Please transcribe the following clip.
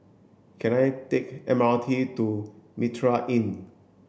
can I take M R T to Mitraa Inn